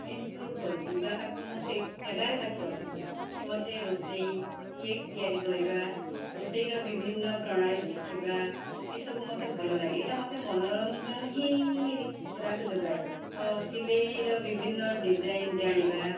include କରିଛି ବା ତାକୁ ମୁଁ ସେଇ ଜାଗାରେ ତାକୁ ରଖିଛି ସେ ମୋତେ ରୋଷେଇ କେକ୍ ତିଆରି କରିବା ରୋଷେଇର ବିଭିନ୍ନ ପ୍ରଣାଳୀ ଶିଖିବା ଏ ସବୁ ମୋତେ ଭଲ ଲାଗେ ଏଟା ମୋତେ ମନୋରଞ୍ଜନ ହିଁ ଖୋରାକ୍ ଯୋଗାଏ ତ ସିଲାଇ ତ ବିଭିନ୍ନ ଡିଜାଇନ୍ ଜାଣିବା